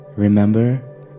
Remember